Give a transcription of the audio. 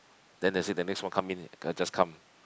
then they said the next one come in I just come